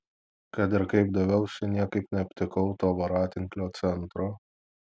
kad ir kaip daviausi niekaip neaptikau to voratinklio centro